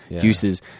juices